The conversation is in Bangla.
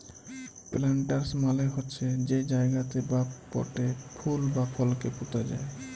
প্লান্টার্স মালে হছে যে জায়গাতে বা পটে ফুল বা ফলকে পুঁতা যায়